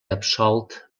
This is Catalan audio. absolt